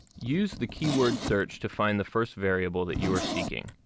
use the keyword search to find the first variable that you are seeking.